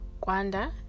Gwanda